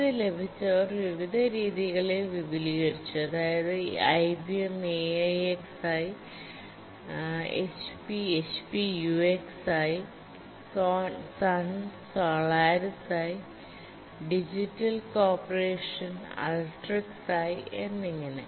ഇത് ലഭിച്ചവർ വിവിധ രീതികളിൽ വിപുലീകരിച്ചു അതായത് IBM AIX ആയി HP HP UX ആയി Sun Solaris ആയി ഡിജിറ്റൽ കോർപ്പറേഷൻ അൾട്രിക്സ് ആയി എന്നിങ്ങനെ